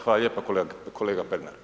Hvala lijepo kolega Pernar.